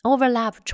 Overlap